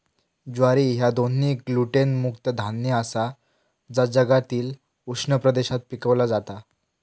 ज्वारी ह्या दोन्ही ग्लुटेन मुक्त धान्य आसा जा जगातील उष्ण प्रदेशात पिकवला जाता